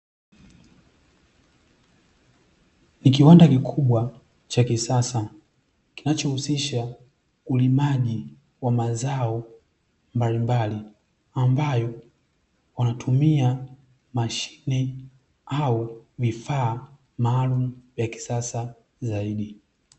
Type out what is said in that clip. Ni kiwanda kikubwa cha kisasa, kinachohusisha ulimaji wa mazao mbalimbali, ambayo wanatumia mashine au vifaa maalumu vya kisasa zaidi.